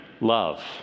love